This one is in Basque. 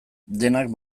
denak